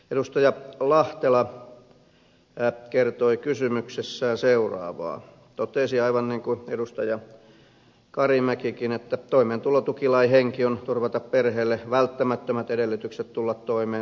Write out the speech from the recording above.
edustaja lahtela kertoi kysymyksessään seuraavaa totesi aivan niin kuin edustaja karimäkikin että toimeentulotukilain henki on turvata perheelle välttämättömät edellytykset tulla toimeen